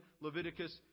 Leviticus